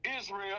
Israel